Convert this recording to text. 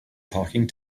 talking